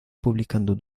publicando